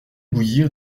bouillir